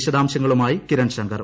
വിശദാംശങ്ങളുമായി കിരൺശങ്കർ